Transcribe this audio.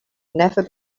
never